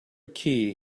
key